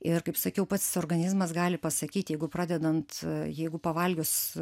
ir kaip sakiau pats organizmas gali pasakyt jeigu pradedant jeigu pavalgius